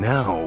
Now